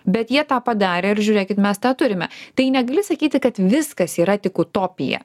bet jie tą padarė ir žiūrėkit mes tą turime tai negali sakyti kad viskas yra tik utopija